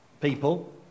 people